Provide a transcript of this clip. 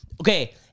Okay